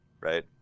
right